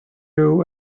you